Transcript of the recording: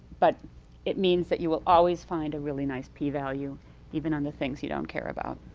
but it means that you will always find a really nice p-value even on the things you don't care about.